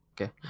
Okay